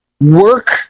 Work